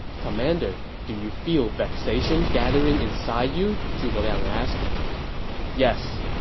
commander, do you feel vexation gathering inside you? zhuge liang asked yes.